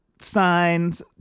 signs